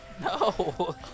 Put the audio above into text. No